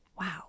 Wow